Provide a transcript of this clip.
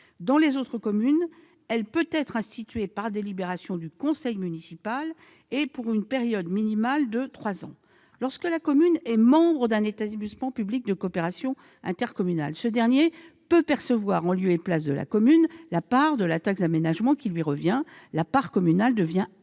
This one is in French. Dans les autres communes, elle peut être instituée par délibération du conseil municipal, et pour une période minimale de trois ans. Lorsque la commune est membre d'un établissement public de coopération intercommunale, ce dernier peut percevoir en lieu et place de la commune la part de la taxe d'aménagement qui lui revient ; la part communale devient alors